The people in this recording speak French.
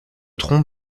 tronc